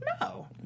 No